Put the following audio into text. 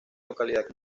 localidad